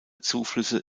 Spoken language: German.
zuflüsse